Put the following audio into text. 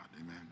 Amen